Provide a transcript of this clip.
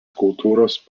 kultūros